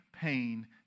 pain